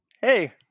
Hey